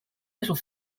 little